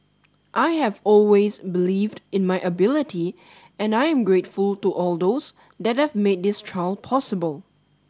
I have always believed in my ability and I am grateful to all those that have made this trial possible